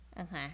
okay